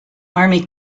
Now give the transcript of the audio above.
army